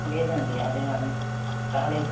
లేదండి అది రాలేదు